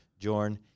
Jorn